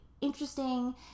interesting